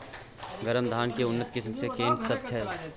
गरमा धान के उन्नत किस्म केना सब छै?